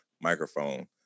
microphone